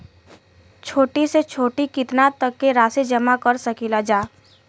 छोटी से छोटी कितना तक के राशि जमा कर सकीलाजा?